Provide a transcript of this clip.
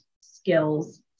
skills